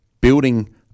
building